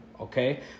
okay